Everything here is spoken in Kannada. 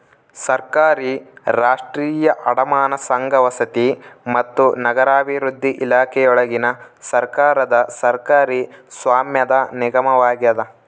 ಸರ್ಕಾರಿ ರಾಷ್ಟ್ರೀಯ ಅಡಮಾನ ಸಂಘ ವಸತಿ ಮತ್ತು ನಗರಾಭಿವೃದ್ಧಿ ಇಲಾಖೆಯೊಳಗಿನ ಸರ್ಕಾರದ ಸರ್ಕಾರಿ ಸ್ವಾಮ್ಯದ ನಿಗಮವಾಗ್ಯದ